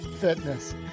fitness